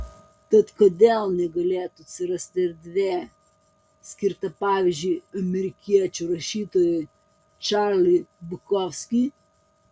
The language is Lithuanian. tad kodėl negalėtų atsirasti erdvė skirta pavyzdžiui amerikiečių rašytojui čarlzui bukovskiui